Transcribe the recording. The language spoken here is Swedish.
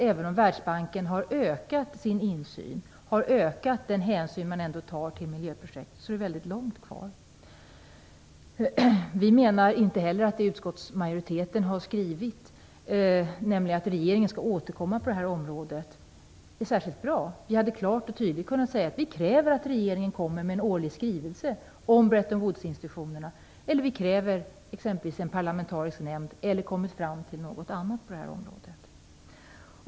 Även om Världsbanken har ökat sin insyn och den hänsyn som man ändå tar till miljöprojekt är det ändå väldigt långt kvar. Att utskottet har skrivit att regeringen skall återkomma på det här området är inte särskilt bra. Vi hade klart och tydligt kunnat säga att vi kräver att regeringen kommer med årlig skrivelse om Bretton Woodsinstitutionerna eller t.ex. att vi kräver en parlamentarisk nämnd.